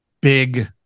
big